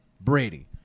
brady